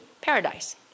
paradise